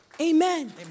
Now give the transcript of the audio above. Amen